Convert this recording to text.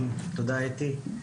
תודה אתי.